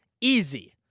Easy